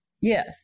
yes